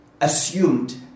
assumed